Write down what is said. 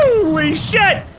holy shit!